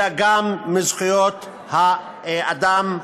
אלא גם מזכויות האדם,